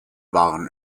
waren